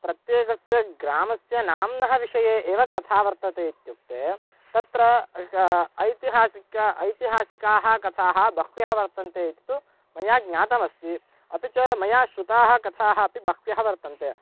प्रत्येकस्य ग्रामस्य नाम्नः विषये एव कथा वर्तते इत्युक्ते तत्र ऐतिहासिकम् ऐतिहासिकाः कथाः बह्व्यः वर्तन्ते इति तु मया ज्ञातमस्ति अपि च मया श्रुताः कथाः अपि बह्व्यः वर्तन्ते